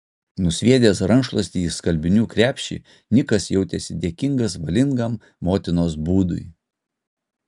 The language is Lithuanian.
nusviedęs rankšluostį į skalbinių krepšį nikas jautėsi dėkingas valingam motinos būdui